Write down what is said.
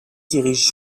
dirige